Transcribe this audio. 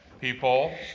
People